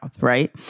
right